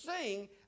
sing